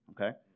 Okay